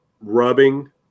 rubbing